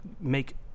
make